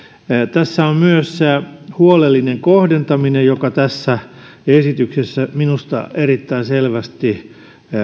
tässä on myös huolellinen kohdentaminen joka tässä esityksessä minusta erittäin selvästi